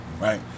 right